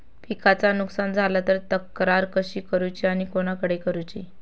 पिकाचा नुकसान झाला तर तक्रार कशी करूची आणि कोणाकडे करुची?